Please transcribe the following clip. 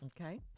okay